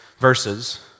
verses